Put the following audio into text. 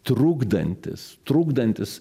trukdantis trukdantis